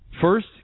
First